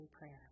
prayer